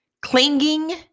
clinging